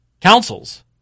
councils